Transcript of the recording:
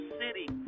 city